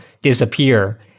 disappear